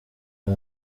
bwa